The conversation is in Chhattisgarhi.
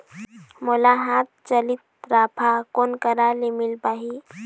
मोला हाथ चलित राफा कोन करा ले मिल पाही?